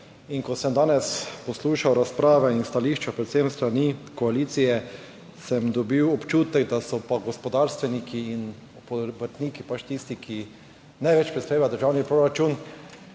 in ko sem danes poslušal razprave in stališča predvsem s strani koalicije, sem dobil občutek, da so pa gospodarstveniki in obrtniki tisti, ki največ prispeva v državni proračun,